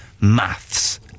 maths